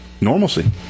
normalcy